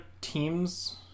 teams